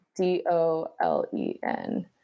D-O-L-E-N